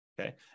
Okay